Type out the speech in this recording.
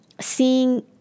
seeing